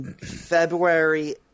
February